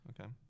Okay